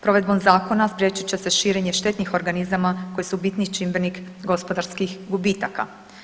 Provedbom zakona spriječit će se širenje štetnih organizama koji su bitni čimbenik gospodarskih gubitaka.